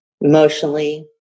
emotionally